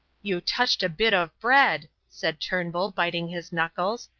you touched a bit of bread, said turnbull, biting his knuckles.